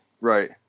right